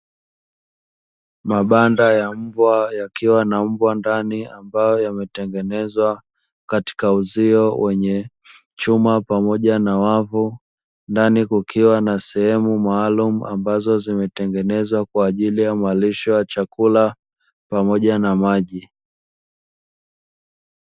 Mabanda ya mbwa yakiwa na mbwa, ndani ambayo yametengenezwa katika uzio wenye chuma pamoja na wavu, ndani kukiwa na sehemu maalumu ambazo zimetengenezwa kwa ajili ya malisho ya chakula, pamoja na maji.